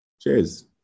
Cheers